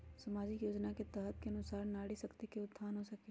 सामाजिक योजना के तहत के अनुशार नारी शकति का उत्थान हो सकील?